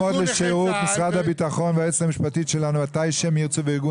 תעמוד לשירות משרד הביטחון והיועצת המשפטית שלנו וארגון